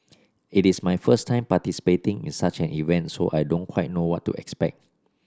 it is my first time participating in such an event so I don't quite know what to expect